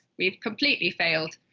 we've completely failed.